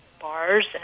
bars